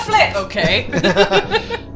Okay